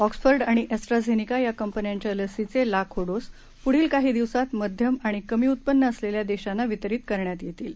Oxford आणि AstraZeneca या कंपन्यांच्या लसींचे लाखो डोस पुढील काही दिवसांत मध्यम आणि कमी उत्पन्न असलेल्या देशांना वितरित करण्यात येतील